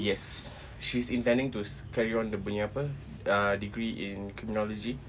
yes she's intending to carry on dia punya apa uh degree in technology